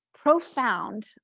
profound